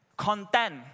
content